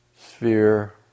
sphere